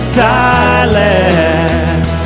silent